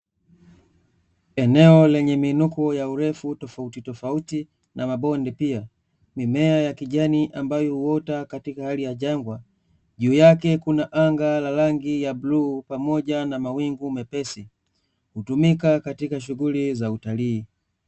Eneo lenye miinuko ya urefu tofauti tofauti na mabonde pia, mimea ya kijanni ambayo huota katika hali ya jangwa, juu yake kuna anga la rangi ya buluu pamoja na mawingu mepesi, hutumika katika shughuli za utalii.